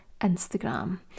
Instagram